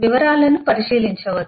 వివరాలను పరిశీలించవద్దు